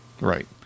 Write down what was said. Right